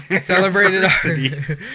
celebrated